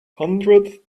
hundredth